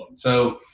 so,